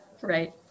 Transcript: right